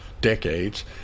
decades